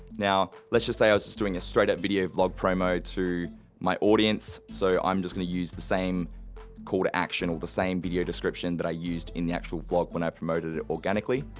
now, let's just say i was just doing a straight up video vlog promo to my audience, so i'm just gonna use the same call to action, or the same video description that i used in the actual vlog when i promoted it organically.